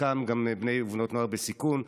חלקם גם בני ובנות נוער בסיכון,